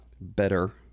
better